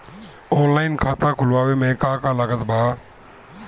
Online खाता खुलवावे मे का का लागत बा?